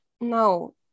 No